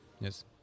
yes